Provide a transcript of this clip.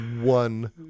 one